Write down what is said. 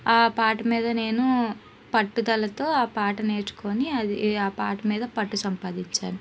పాట మీద నేను పట్టుదలతో ఆ పాట నేర్చుకొని అది ఆ పాట మీద పట్టు సంపాదించాను